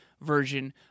version